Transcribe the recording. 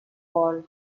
vol